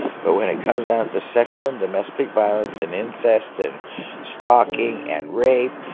but when it comes down to sexual and domestic violence and incest and stalking and rape,